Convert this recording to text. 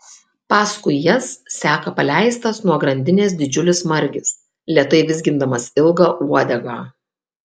paskui jas seka paleistas nuo grandinės didžiulis margis lėtai vizgindamas ilgą uodegą